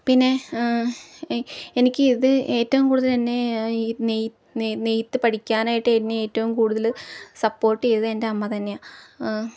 പിന്നെ എനിക്ക് ഇത് ഏറ്റവും കൂടുതലെന്നെ ഈ നെയ്ത്ത് പഠിക്കാനായിട്ട് എന്നെ ഏറ്റവും കൂടുതൽ സപ്പോർട്ട് ചെയ്തത് എൻ്റെ അമ്മ തന്നെയാ